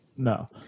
No